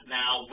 now